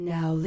Now